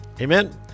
Amen